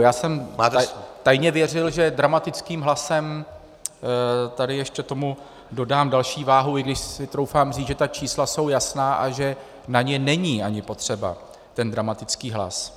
Já jsem tajně věřil, že dramatickým hlasem tady ještě tomu dodám další váhu, i když si troufám říct, že ta čísla jsou jasná a že na ně není ani potřeba ten dramatický hlas.